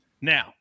Now